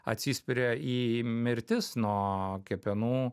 atsispiria į mirtis nuo kepenų